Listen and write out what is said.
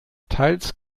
teils